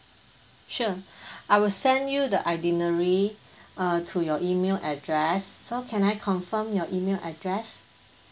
sure I will send you the itinerary uh to your email address so can I confirm your email address